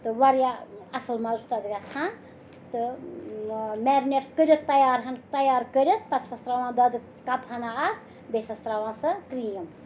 تہٕ واریاہ اَصٕل مَزٕ چھُ تَتھ گَژھان تہٕ مٮ۪رِنیٹ کٔرِتھ تَیار ہٕن تَیار کٔرِتھ پَتہٕ چھَسَس ترٛاوان دۄدٕ کَپ ہَنا اَکھ بیٚیہِ چھَسَس ترٛاوان سۄ کرٛیٖم